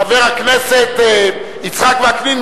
חבר הכנסת יצחק וקנין,